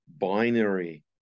binary